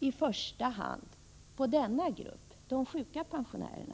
i första hand har tänkt på gruppen sjuka pensionärer?